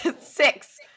Six